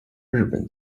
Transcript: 日本